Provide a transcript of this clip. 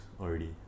already